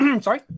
Sorry